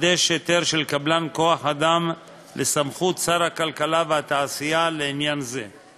לחדש היתר של קבלן כוח-אדם לסמכות שר הכלכלה והתעשייה לעניין זה.